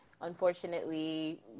unfortunately